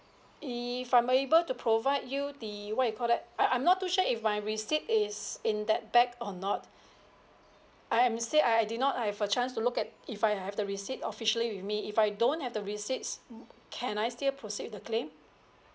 if I'm able to provide you the what you call that I I'm not too sure if my receipt is in that bag or not I am still I I did not I have a chance to look at if I have the receipt officially with me if I don't have the receipts can I still proceed with the claim